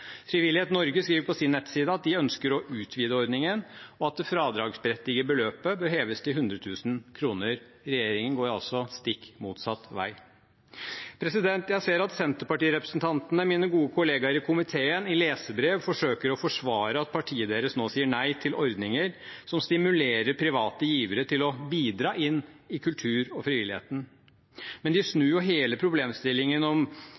Frivillighet Norge skriver på sin nettside at de ønsker å utvide ordningen, og at det fradragsberettigede beløpet bør heves til 100 000 kr. Regjeringen går altså stikk motsatt vei. Jeg ser at Senterparti-representantene, mine gode kollegaer i komiteen, i leserbrev forsøker å forsvare at partiet deres nå sier nei til ordninger som stimulerer private givere til å bidra inn i kultur og frivillighet. Men de snur hele problemstillingen om